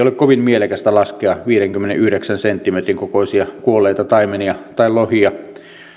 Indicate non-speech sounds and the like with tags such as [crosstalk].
[unintelligible] ole kovin mielekästä laskea viidenkymmenenyhdeksän senttimetrin kokoisia kuolleita taimenia tai lohia